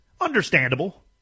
Understandable